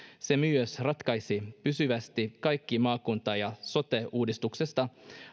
se myös ratkaisi pysyvästi kaikki maakunta ja sote uudistuksesta